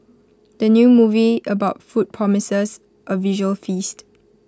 the new movie about food promises A visual feast